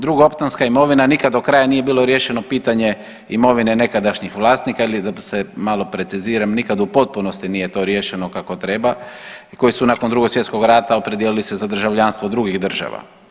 Drugo, optantska imovina nikad do kraja nije bilo riješeno pitanje imovine nekadašnjih vlasnika ili da se malo preciziram nikad u potpunosti nije to riješeno kako treba i koji su nakon Drugog svjetskog rata opredijelili se za državljanstvo drugih država.